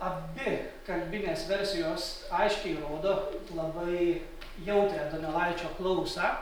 abi kalbinės versijos aiškiai rodo labai jautrią donelaičio klausą